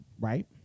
right